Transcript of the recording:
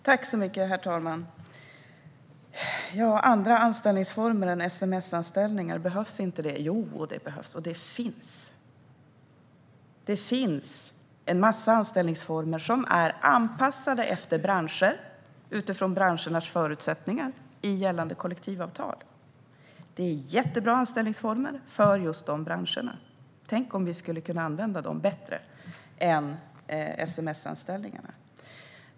Herr talman! Behövs det inte andra anställningsformer än sms-anställningar? Jo, det behövs, och det finns. Det finns en massa anställningsformer som är anpassade efter branscher i gällande kollektivavtal utifrån branschernas förutsättningar. Det är jättebra anställningsformer för just de branscherna. Tänk om vi skulle kunna använda dem bättre än sms-anställningarna!